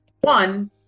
one